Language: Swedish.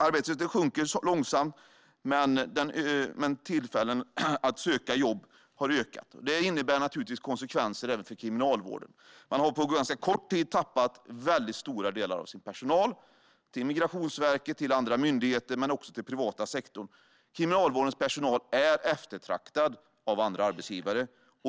Arbetslösheten sjunker långsamt, och möjligheterna att söka jobb har blivit större. Detta innebär naturligtvis konsekvenser även för Kriminalvården, som på ganska kort tid har tappat stora delar av sin personal, både till Migrationsverket och andra myndigheter och till den privata sektorn. Kriminalvårdens personal är eftertraktad av andra arbetsgivare.